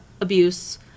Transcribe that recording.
abuse